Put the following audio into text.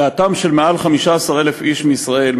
הגעתם של יותר מ-15,000 איש מישראל,